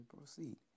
proceed